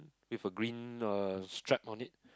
with a green uh strap on it